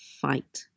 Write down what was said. fight